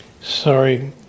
Sorry